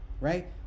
Right